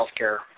healthcare